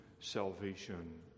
Salvation